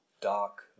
dark